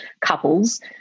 couples